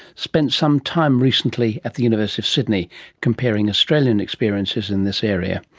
spent some time recently at the university of sydney comparing australian experiences in this area.